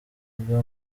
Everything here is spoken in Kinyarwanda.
agwa